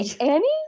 Annie